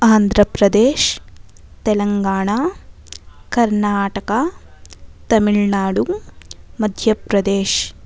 Andhra Pradesh Telangana Karnataka Tamil Nadu Madhya Pradesh